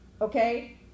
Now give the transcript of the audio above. okay